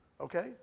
Okay